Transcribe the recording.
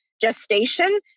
gestation